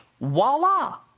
Voila